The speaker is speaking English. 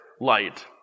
light